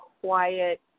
quiet